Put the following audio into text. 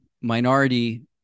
minority